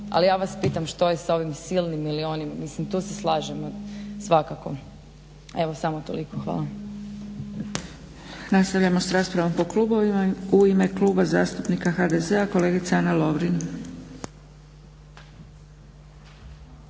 ali ja vas pitam što je sa ovim silnim milijunima, mislim tu se slažemo svakako. Evo samo toliko. Hvala. **Zgrebec, Dragica (SDP)** Nastavljamo s raspravom po klubovima. U ime Kluba zastupnika HDZ-a kolegica Ana Lovrin.